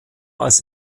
als